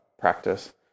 Practice